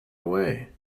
away